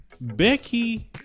Becky